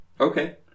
Okay